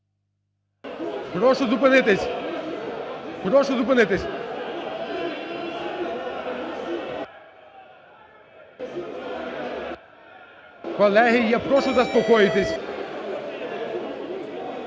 Прошу зупинитися. Прошу зупинитися. Колеги, я прошу заспокоїтись.